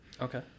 Okay